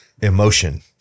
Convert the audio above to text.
emotion